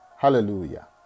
Hallelujah